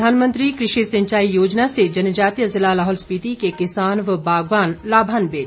प्रधानमंत्री कृषि सिंचाई योजना से जनजातीय जिला लाहौल स्पीति के किसान व बागवान लाभान्वित